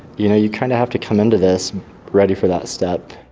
you know, you kind of have to come into this ready for that step.